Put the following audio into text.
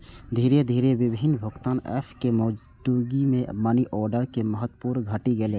धीरे धीरे विभिन्न भुगतान एप के मौजूदगी मे मनीऑर्डर के महत्व घटि गेलै